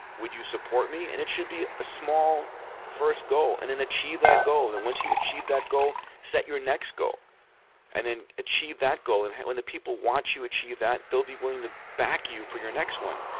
would you support me? and it should be a small first goal and then achieve that goal. then, once you achieve that goal, set your next goal and then achieve that goal. and when the people want you achieve that, they will be willing to back you for your next one.